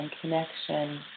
connection